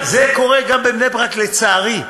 זה קורה גם בבני-ברק, לצערי.